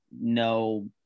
no